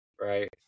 Right